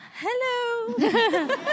Hello